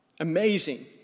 Amazing